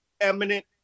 eminent